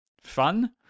fun